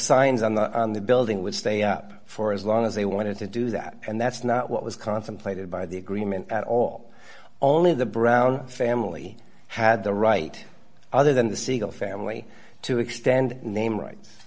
signs on the building would stay up for as long as they wanted to do that and that's not what was contemplated by the agreement at all only the brown family had the right other than the single family to extend name right